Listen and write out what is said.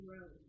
road